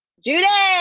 judy.